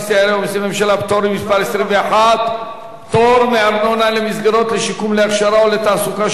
(פטור מארנונה למסגרות לתעסוקה,